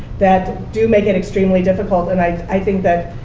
that do make it extremely difficult. and i i think that,